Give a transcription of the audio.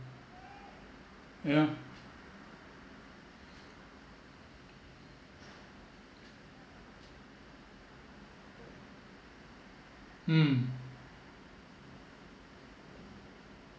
yeah hmm